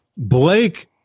Blake